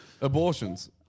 abortions